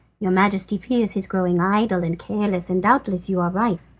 your majesty fears his growing idle and careless, and doubtless you are right.